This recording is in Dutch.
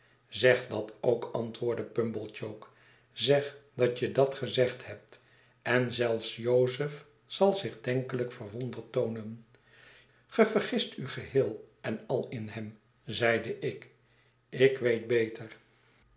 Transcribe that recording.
zeg dat ook antwoordde pumblechook zeg dat je dat gezegd hebt en zelfs jozef zal zich denkelijk verwonderd toonen ge vergist u geheel en al in hem zeide ik ik weet beter